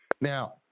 Now